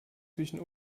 zwischen